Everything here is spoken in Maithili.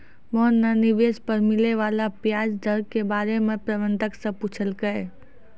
मोहन न निवेश पर मिले वाला व्याज दर के बारे म प्रबंधक स पूछलकै